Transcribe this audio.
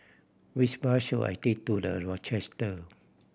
which bus should I take to The Rochester